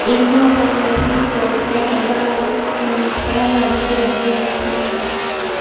ایکمو foundation کو چھ ہزار چھ ہزر روپئے ڈونیسن کرو